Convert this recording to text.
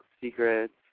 secrets